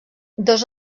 dos